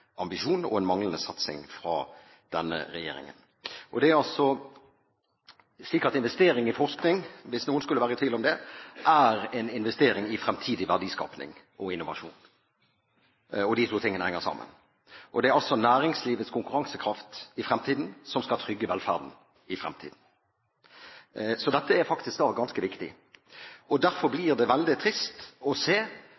ambisjon og en manglende satsing fra denne regjeringen. Det er slik at investering i forskning – hvis noen skulle være i tvil om det – er en investering i fremtidig verdiskaping og innovasjon, og de to tingene henger sammen. Det er næringslivets konkurransekraft i fremtiden som skal trygge velferden i fremtiden. Så dette er faktisk ganske viktig. Derfor blir det veldig trist å se at Norges konkurransekraft og